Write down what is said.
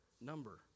number